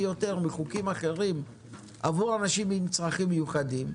יותר מחוקים אחרים עבור אנשים עם צרכים מיוחדים,